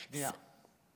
שנייה.